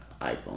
iPhone